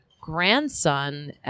grandson